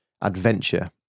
adventure